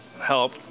help